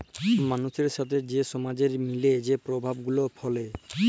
মালুসের সাথে যে সমাজের মিলে যে পরভাব গুলা ফ্যালে